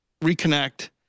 reconnect